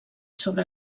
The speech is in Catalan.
sobre